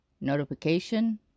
notification